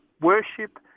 worship